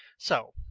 so,